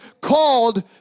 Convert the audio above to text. called